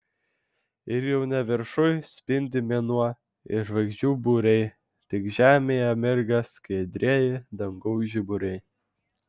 ir jau ne viršuj spindi mėnuo ir žvaigždžių būriai tik žemėje mirga skaidrieji dangaus žiburiai